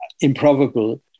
improbable